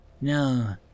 No